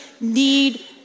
need